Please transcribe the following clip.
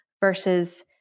versus